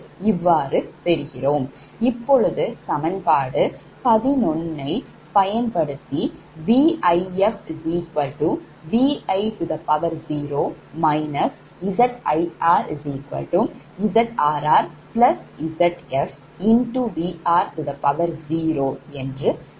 இப்போது சமன்பாட்டு 11 னை பயன்படுத்திVifVi0 ZirZrrZfVr0